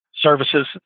services